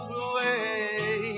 away